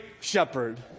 shepherd